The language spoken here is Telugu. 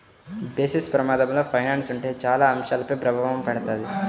బేసిస్ ప్రమాదంలో ఫైనాన్స్ ఉంటే చాలా అంశాలపైన ప్రభావం పడతది